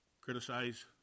criticize